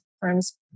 firms